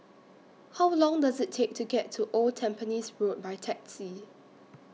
How Long Does IT Take to get to Old Tampines Road By Taxi